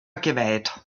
geweiht